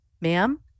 ma'am